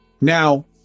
now